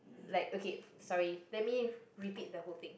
like okay sorry let me repeat the whole thing